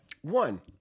One